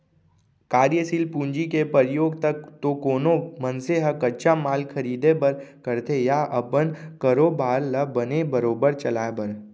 कारयसील पूंजी के परयोग एक तो कोनो मनसे ह कच्चा माल खरीदें बर करथे या अपन कारोबार ल बने बरोबर चलाय बर